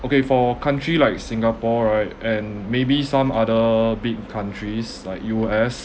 okay for country like singapore right and maybe some other big countries like U_S